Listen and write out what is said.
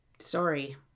Sorry